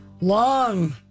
long